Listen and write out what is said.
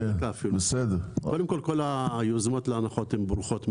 קודם כל, כל היוזמות להנחות הן ברוכות מאוד.